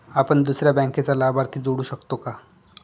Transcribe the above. आपण दुसऱ्या बँकेचा लाभार्थी जोडू शकतो का?